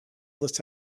that